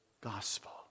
gospel